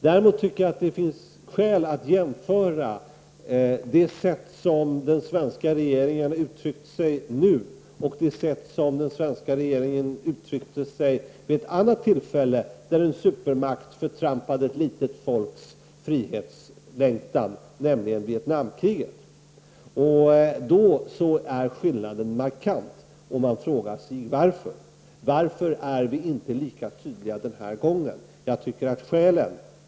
Däremot finns det skäl att jämföra det sätt som den svenska regeringen har uttryckt sig på nu och det sätt som den svenska regeringen uttryckte sig på vid ett annat tillfälle när en supermakt förtrampade ett litet folks frihetslängtan, nämligen under Vietnamkriget. Då är skillnaden markant, och man frågar sig: Varför är vi inte lika tydliga den här gången?